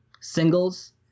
singles